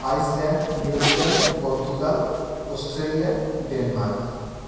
island New Zealand Portugal Australia Denmark